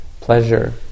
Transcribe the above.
pleasure